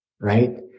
right